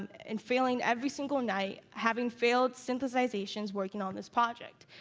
and failing every single night, having failed synthesizations working on this project.